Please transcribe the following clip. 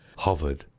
hovered,